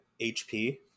HP